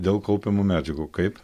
dėl kaupiamų medžiagų kaip